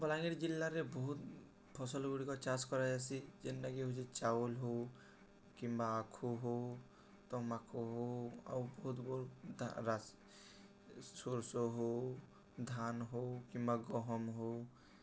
ବଲାଙ୍ଗୀର ଜିଲ୍ଲାରେ ବହୁତ ଫସଲ୍ଗୁଡ଼ିକ ଚାଷ କରାଯାସି ଯେନ୍ଟାକି ହେଉଛି ଚାଉଲ୍ ହେଉ କିମ୍ବା ଆଖୁ ହେଉ ତ ମାଖ ହେଉ ଆଉ ବହୁତ ବ ସୋର୍ଷ୍ ହେଉ ଧାନ୍ ହେଉ କିମ୍ବା ଗହମ୍ ହେଉ